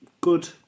good